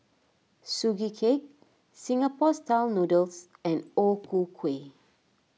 Sugee Cake Singapore Style Noodles and O Ku Kueh